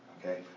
okay